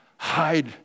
Hide